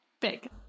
Big